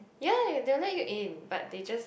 ya they will let you in but they just